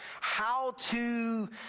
how-to